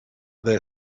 their